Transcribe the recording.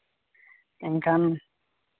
ᱮᱱᱠᱷᱟᱱ